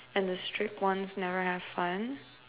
and the strict ones never have fun